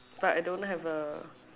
but I don't have a